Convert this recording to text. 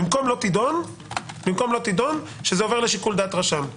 במקום "לא תידון", שזה עובר לשיקול דעת רשם.